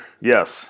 yes